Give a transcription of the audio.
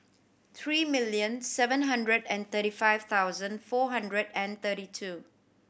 three million seven hundred and thirty five thousand four hundred and thirty two